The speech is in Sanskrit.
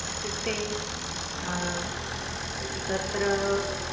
इत्युक्ते तत्र